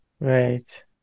Right